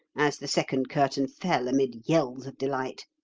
as the second curtain fell amid yells of delight.